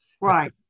Right